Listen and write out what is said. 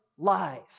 lives